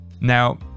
Now